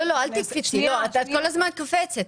אל תקפצי, את כל הזמן קופצת.